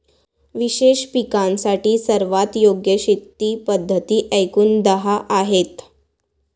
विशेष पिकांसाठी सर्वात योग्य शेती पद्धती एकूण दहा आहेत